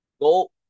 go